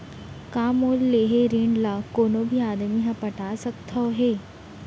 का मोर लेहे ऋण ला कोनो भी आदमी ह पटा सकथव हे?